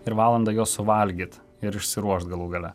ir valandą juos suvalgyti ir išsiruošt galų gale